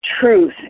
truth